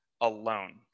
alone